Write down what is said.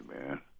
man